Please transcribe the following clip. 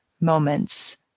Moments